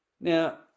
Now